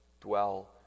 dwell